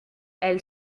elle